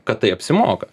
kad tai apsimoka